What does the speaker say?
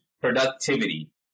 productivity